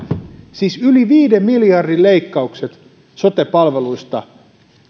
siis yli viiden miljardin leikkaukset sote palveluista